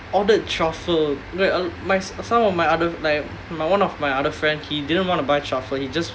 ordered truffle my some of my other like my one of my other friend he didn't want tp buy truffle he just